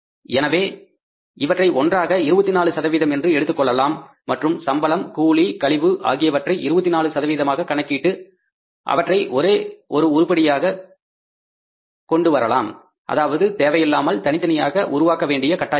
எனவே இவற்றை ஒன்றாக 24 என்று எடுத்துக்கொள்ளலாம் மற்றும் சம்பளம் கூலி கழிவு ஆகியவற்றை 24 சதவீதமாக கணக்கிட்டு அவற்றை ஒரே ஒரு உருப்படி கீழ் கொண்டு வரலாம் அதாவது தேவையில்லாமல் தனித்தனியாக உருவாக்கவேண்டிய கட்டாயமில்லை